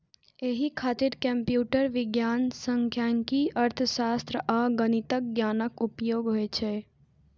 एहि खातिर कंप्यूटर विज्ञान, सांख्यिकी, अर्थशास्त्र आ गणितक ज्ञानक उपयोग होइ छै